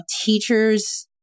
teachers